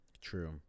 True